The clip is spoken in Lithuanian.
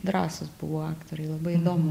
drąsūs buvo aktoriai labai įdomu